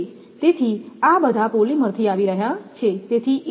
તેથી આ બધા પોલિમરથી આવી રહ્યા છે